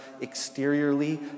exteriorly